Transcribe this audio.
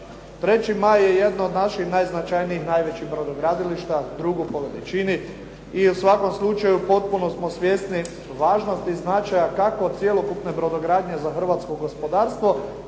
"3. maj" je jedno od naših najznačajnijih, najvećih brodogradilišta, drugo po veličini i u svakom slučaju potpuno smo svjesni važnosti značaja kako od cjelokupne brodogradnje za hrvatsko gospodarstvo,